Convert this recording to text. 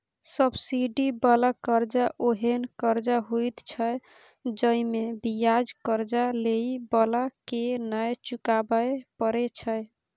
subsidy बला कर्जा ओहेन कर्जा होइत छै जइमे बियाज कर्जा लेइ बला के नै चुकाबे परे छै